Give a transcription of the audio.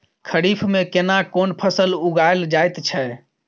खरीफ में केना कोन फसल उगायल जायत छै?